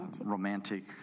romantic